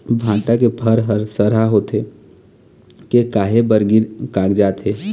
भांटा के फर हर सरहा होथे के काहे बर गिर कागजात हे?